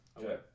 Okay